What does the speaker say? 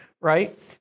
right